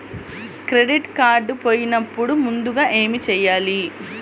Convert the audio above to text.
Credit card పోయినపుడు ముందుగా ఏమి చేయాలి?